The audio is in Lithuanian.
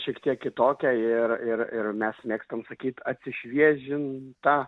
šiek tiek kitokia ir ir ir mes mėgstam sakyt atsišviežint tą